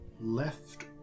left